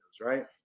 right